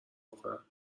بکنم